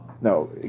No